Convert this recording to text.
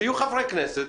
שיהיו חברי כנסת,